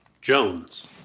Jones